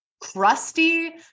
crusty